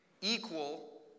equal